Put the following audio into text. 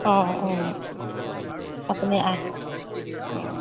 অঁ অঁ আপুনি আহ অঁ